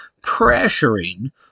pressuring